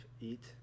eat